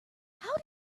how